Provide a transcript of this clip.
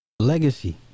Legacy